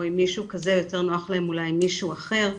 או אם מישהו כזה יותר נוח לו אולי עם מישהו אחר,